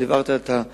אבל הבהרת גם את דעתך.